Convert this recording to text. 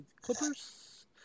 Clippers